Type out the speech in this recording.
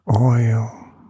oil